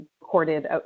recorded